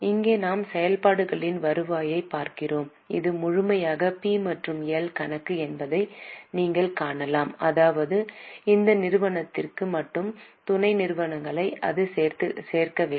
இங்கே நாம் செயல்பாடுகளின் வருவாயைப் பார்க்கிறோம் இது முழுமையான பி மற்றும் எல் கணக்கு என்பதை நீங்கள் காணலாம் அதாவது இந்த நிறுவனத்திற்கு மட்டுமே துணை நிறுவனங்களை அது சேர்க்கவில்லை